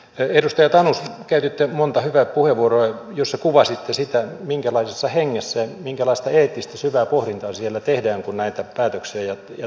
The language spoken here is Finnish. edustaja tanus käytitte monta hyvää puheenvuoroa joissa kuvasitte sitä minkälaisessa hengessä ja minkälaista eettistä syvää pohdintaa siellä tehdään kun näitä päätöksiä ja toimenpiteitä tehdään